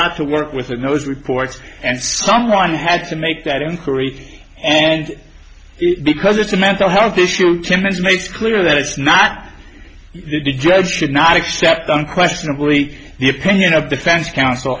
lot to work with and those reports and someone had to make that inquiry and because it's a mental health issue to myspace clearly that it's not the judge should not accept unquestionably the opinion of defense counsel